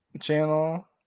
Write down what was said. channel